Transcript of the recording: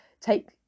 Take